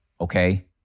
okay